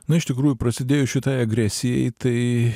na iš tikrųjų prasidėjus šitai agresijai tai